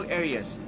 areas